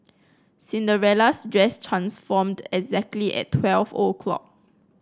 Cinderella's dress transformed exactly at twelve o'clock